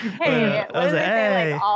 hey